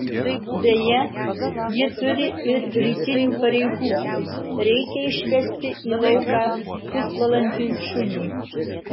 beje ji turi ir rytinių pareigų reikia išvesti į lauką pusvalandžiui šunį